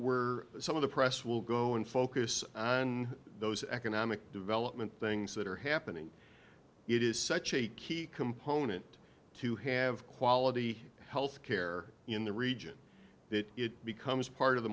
were some of the press will go and focus on those economic development things that are happening it is such a key component to have quality health care in the region that it becomes part of the